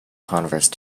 converse